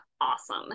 awesome